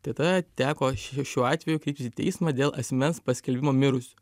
tada teko ši šiuo atveju kreiptis į teismą dėl asmens paskelbimo mirusiu